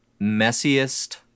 messiest